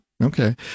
Okay